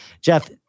Jeff